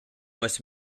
must